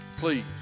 Please